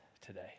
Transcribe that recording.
today